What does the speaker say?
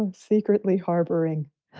um secretly harboring